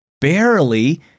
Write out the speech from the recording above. Barely